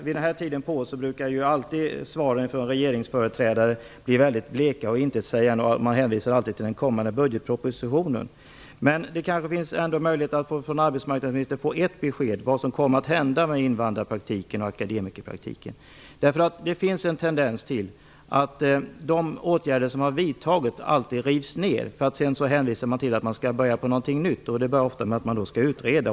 Vid den här tiden på året brukar alltid svaren från regeringsföreträdarna bli väldigt bleka och intetsägande, och man hänvisar alltid till den kommande budgetpropositionen. Men det kanske ändå finns möjlighet att från arbetsmarknadsministern få ett besked om vad som kommer att hända med invandrarpraktiken och akademikerpratiken. Det finns en tendens till att de åtgärder som har vidtagits rivs upp. Sedan hänvisar man till att man skall påbörja något nytt, vilket ofta börjar med att man skall utreda.